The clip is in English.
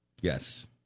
Yes